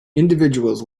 individuals